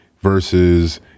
versus